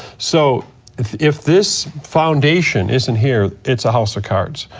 so if if this foundation isn't here, it's a house of cards.